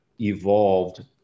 evolved